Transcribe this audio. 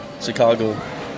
Chicago